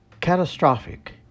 catastrophic